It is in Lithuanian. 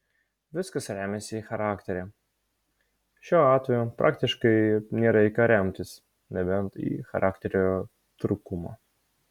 viskas remiasi į charakterį šiuo atveju praktiškai nėra į ką remtis nebent į charakterio trūkumą